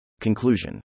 Conclusion